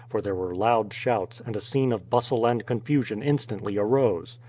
for there were loud shouts, and a scene of bustle and confusion instantly arose.